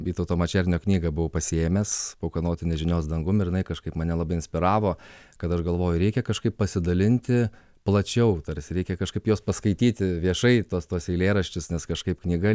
vytauto mačernio knygą buvau pasiėmęs ūkanotu nežinios dangum ir jinai kažkaip mane labai inspiravo kad aš galvoju reikia kažkaip pasidalinti plačiau tarsi reikia kažkaip juos paskaityti viešai tuos tuos eilėraščius nes kažkaip knyga